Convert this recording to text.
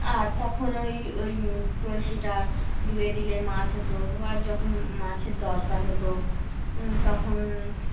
আর তখন ওই ওই কলসিটা ডুবিয়ে দিলে মাছ হতো আর যখন মাছের দরকার হতো তখন